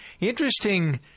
Interesting